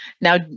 Now